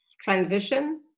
transition